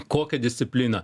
kokią discipliną